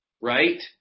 right